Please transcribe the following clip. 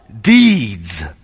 deeds